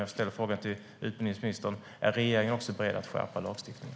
Jag frågar utbildningsministern: Är också regeringen beredd att skärpa lagstiftningen?